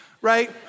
right